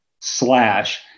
slash